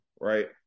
right